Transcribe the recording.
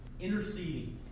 interceding